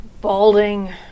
balding